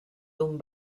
d’un